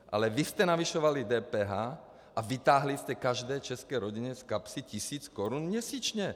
Ale vy jste navyšovali DPH a vytáhli jste každé české rodině z kapsy tisíc korun měsíčně.